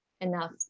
enough